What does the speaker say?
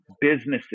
businesses